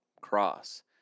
cross